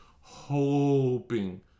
hoping